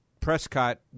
Prescott